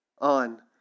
On